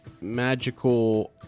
Magical